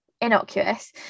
innocuous